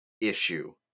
issue